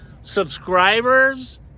subscribers